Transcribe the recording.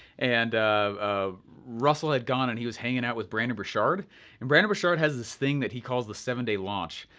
and ah russel had gone, and he was hanging out with brendon burchard and brendon burchard has this thing that he calls the seven day launch.